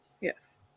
Yes